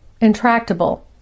intractable